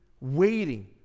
waiting